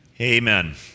Amen